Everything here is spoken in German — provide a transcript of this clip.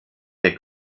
der